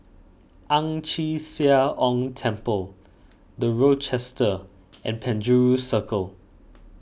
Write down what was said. Ang Chee Sia Ong Temple the Rochester and Penjuru Circle